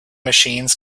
machines